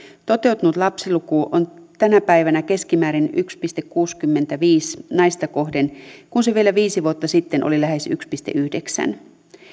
toteutunut lapsiluku on tänä päivänä keskimäärin yksi pilkku kuusikymmentäviisi naista kohden kun se vielä viisi vuotta sitten oli lähes yhden pilkku yhdeksännen